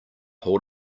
hold